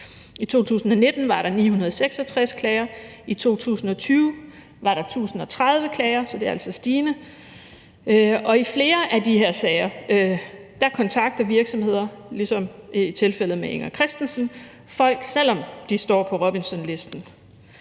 I 2019 var der 966 klager, i 2020 var der 1.030 klager, så det er altså stigende. I flere af de her sager kontakter virksomheder folk, selv om de står på Robinsonlisten